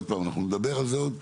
עוד פעם, אנחנו נדבר על זה עוד,